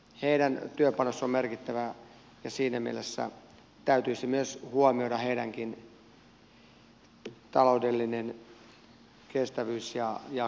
heidän työpanoksensa on merkittävä ja siinä mielessä täytyisi myös huomioida heidänkin taloudellinen kestävyytensä ja jaksamisensa ikäihmisten hoitamisessa